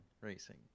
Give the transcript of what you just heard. Racing